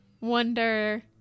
wonder